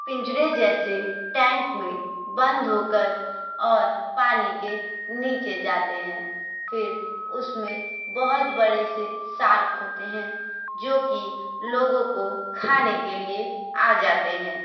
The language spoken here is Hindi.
पिंजरे जैसे टैंक में बंद होकर और पानी के नीचे जाते है फिर उसमें बहुत बड़े से शार्क होते है जो की लोगों को खाने के लिए आ जाते है